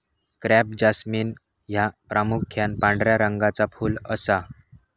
crape jasmine ह्या प्रामुख्यान पांढऱ्या रंगाचा फुल असा